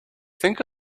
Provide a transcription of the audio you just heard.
think